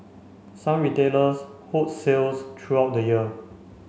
some retailers hold sales throughout the year